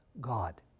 God